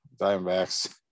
Diamondbacks